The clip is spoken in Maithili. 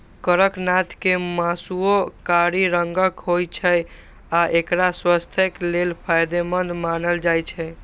कड़कनाथ के मासुओ कारी रंगक होइ छै आ एकरा स्वास्थ्यक लेल फायदेमंद मानल जाइ छै